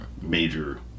major